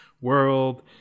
world